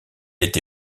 été